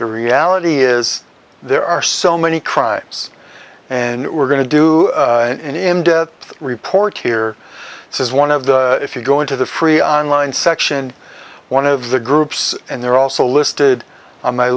the reality is there are so many crimes and we're going to do an in depth report here this is one of the if you go into the free on line section one of the groups and they're also listed on my